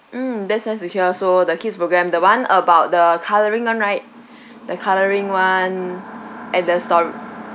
mm that's nice to hear so the kids' program the one about the colouring [one] right the colouring [one] and the stor~